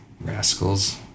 Rascals